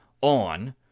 on